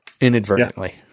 inadvertently